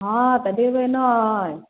हँ तऽ देबै नहि